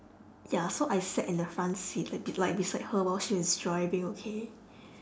ya so I sat in the front seat like b~ like beside her while she's driving okay